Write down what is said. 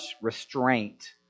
restraint